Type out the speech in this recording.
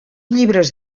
llibres